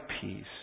peace